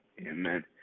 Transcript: Amen